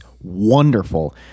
wonderful